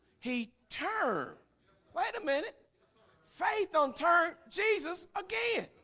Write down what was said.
he turn wait a minute faith on turn jesus again